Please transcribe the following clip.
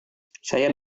saya